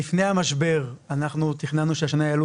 אני אגיד שלפני המשבר אנחנו תכננו שהשנה יעלו